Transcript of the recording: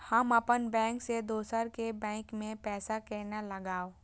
हम अपन बैंक से दोसर के बैंक में पैसा केना लगाव?